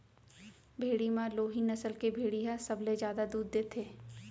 भेड़ी म लोही नसल के भेड़ी ह सबले जादा दूद देथे